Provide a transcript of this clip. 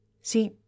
See